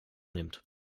nimmt